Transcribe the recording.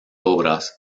obras